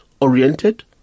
oriented